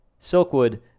Silkwood